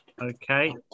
okay